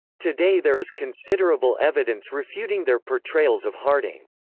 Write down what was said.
today there is considerable evidence refuting their portrayals of harding.